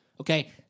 Okay